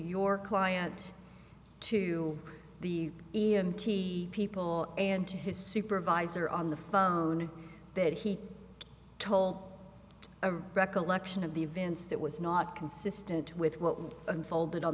your client to the people and to his supervisor on the phone that he told a recollection of the events that was not consistent with what unfolded on